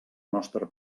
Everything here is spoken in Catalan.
nostre